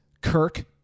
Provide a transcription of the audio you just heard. Kirk